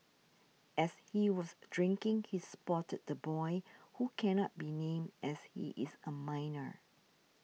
as he was drinking he spotted the boy who cannot be named as he is a minor